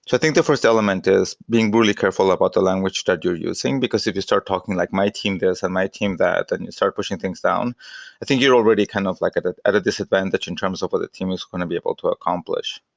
think the first element is being really careful about the language that you're using, because if you start talking like my team this and my team that and you start pushing things down, i think you're already kind of like at ah at a disadvantage in terms of what the team is going to be able to accomplish.